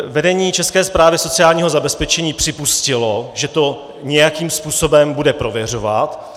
Vedení České správy sociálního zabezpečení připustilo, že to nějakým způsobem bude prověřovat.